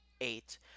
eight